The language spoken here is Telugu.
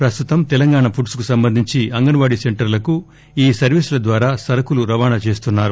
ప్రస్తుతం తెలంగాణ ఫుడ్స్ కు సంబంధించి అంగన్వాడీ సెంటర్ల కు ఈ సర్వీసుల ద్వారా సరుకులు రవాణా చేస్తున్నారు